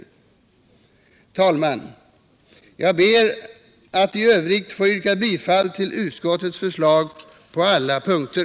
Herr talman! Jag ber att få yrka bifall till utskottets förslag på alla punkter.